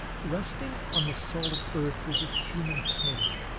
resting on the solid earth was a human head,